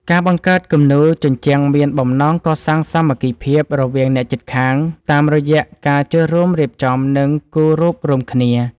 ការបង្កើតគំនូរជញ្ជាំងមានបំណងកសាងសាមគ្គីភាពរវាងអ្នកជិតខាង តាមរយៈការចូលរួមរៀបចំ និងគូររូបរួមគ្នា។